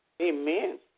Amen